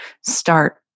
start